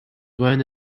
one